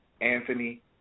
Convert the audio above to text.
Anthony